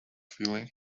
feeling